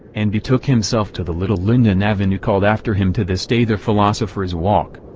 and betook himself to the little linden avenue called after him to this day the philosopher's walk.